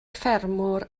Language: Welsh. ffermwr